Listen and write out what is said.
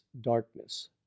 darkness